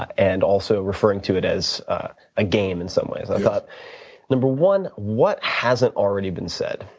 and also referring to it as a game in some ways. i thought number one, what hasn't already been said?